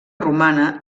romana